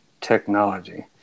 technology